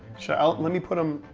sure, let me put him,